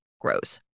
grows